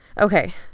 Okay